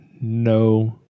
no